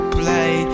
play